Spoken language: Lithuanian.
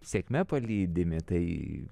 sėkme palydimi tai